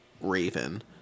raven